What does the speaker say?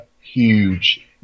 huge